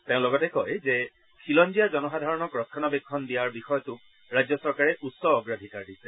তেওঁ লগতে কয় যে খিলঞ্জীয়া জনসাধাৰণক ৰক্ষণাবেক্ষণ দিয়া বিষয়টোক ৰাজ্য চৰকাৰে উচ্চ অগ্ৰাধিকৰৰ দিছে